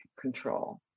control